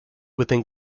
within